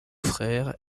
frère